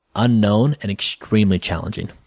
unknown, and extremely challenging.